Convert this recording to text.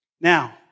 Now